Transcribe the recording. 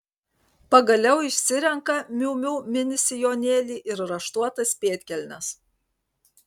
pagaliau išsirenka miu miu mini sijonėlį ir raštuotas pėdkelnes